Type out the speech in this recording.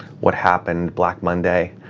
what happened black monday,